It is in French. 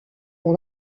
pour